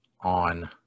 on